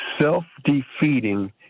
self-defeating